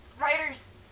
writers